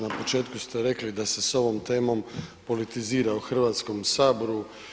Na početku ste rekli da se s ovom temom politizira u Hrvatskom saboru.